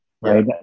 right